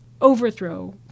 Overthrow